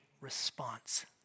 response